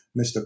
Mr